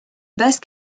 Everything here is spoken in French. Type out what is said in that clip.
basse